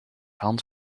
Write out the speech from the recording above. hand